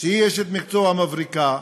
שהיא אשת מקצוע מבריקה,